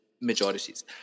majorities